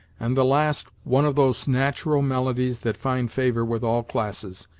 and the last one of those natural melodies that find favor with all classes,